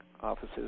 offices